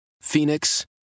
Phoenix